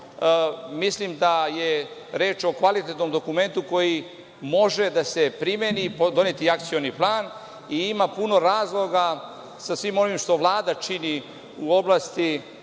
mislim da je reč o kvalitetnom dokumentu koji može da se primeni. Donet je i Akcioni plan. I ima puno razloga, sa svim ovim što Vlada čini u oblasti